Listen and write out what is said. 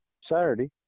Saturday